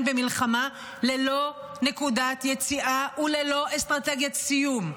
במלחמה ללא נקודת יציאה וללא אסטרטגיית סיום,